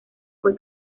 fue